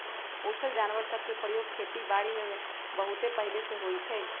पोसल जानवर सभ के प्रयोग खेति बारीमें बहुते पहिले से होइ छइ